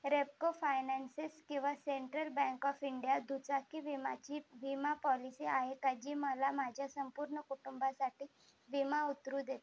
Repco finances किंवा central bank of India दुचाकी विमाची विमा पॉलिसी आहे का जी मला माझ्या संपूर्ण कुटुंबासाठी विमा उतरू देते